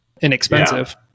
inexpensive